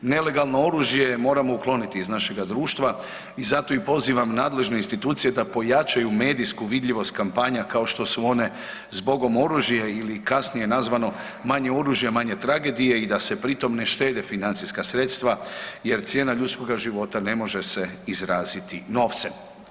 Nelegalno oružje moramo ukloniti iz našega društva i zato i pozivam nadležne institucije da pojačaju medijsku vidljivost kampanja kao što su one „zbogom oružje“ ili kasnije nazvano „manje oružja manje tragedije“ i da se pri tom ne štede financijska sredstva jer cijena ljudskoga života ne može se izraziti novcem.